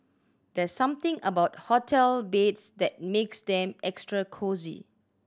there's something about hotel beds that makes them extra cosy